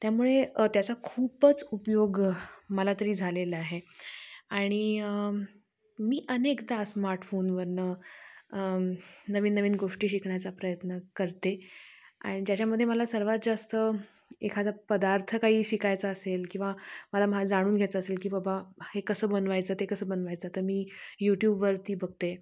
त्यामुळे त्याचा खूपच उपयोग मला तरी झालेला आहे आणि मी अनेकदा स्मार्टफोनवरून नवीन नवीन गोष्टी शिकण्याचा प्रयत्न करते आणि ज्याच्यामध्ये मला सर्वात जास्त एखादं पदार्थ काही शिकायचा असेल किंवा मला महा जाणून घ्यायचं असेल की बाबा हे कसं बनवायचं ते कसं बनवायचं तर मी यूट्यूबवरती बघते